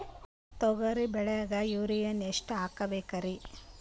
ತೊಗರಿ ಬೆಳಿಗ ಯೂರಿಯಎಷ್ಟು ಹಾಕಬೇಕರಿ?